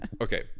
Okay